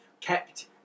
kept